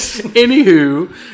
Anywho